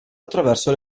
attraverso